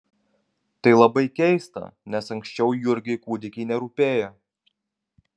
tai labai keista nes anksčiau jurgiui kūdikiai nerūpėjo